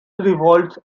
revolts